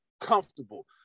comfortable